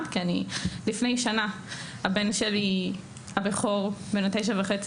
לפני שנה הבן שלי הבכור בן התשע וחצי,